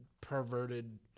perverted